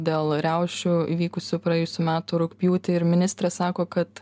dėl riaušių įvykusių praėjusių metų rugpjūtį ir ministrė sako kad